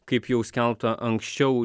kaip jau skelbta anksčiau